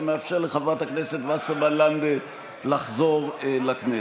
וזה מאפשר לרות וסרמן לנדה לחזור לכנסת.